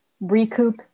recoup